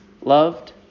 loved